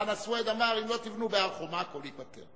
חנא סוייד אמר: אם לא תבנו בהר-חומה הכול ייפתר.